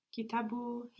Kitabu